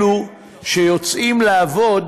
אלו שיוצאים לעבוד